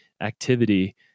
activity